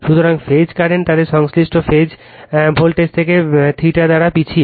সুতরাং phase current তাদের সংশ্লিষ্ট ফেজ ভোল্টেজ থেকে θ দ্বারা পিছিয়ে